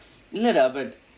இல்லை:illai dah but